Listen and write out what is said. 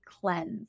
cleanse